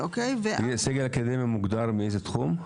סגל אקדמי מוגדר מאיזה תחום?